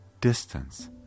distance